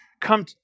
come